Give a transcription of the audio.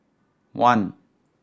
one